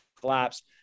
collapse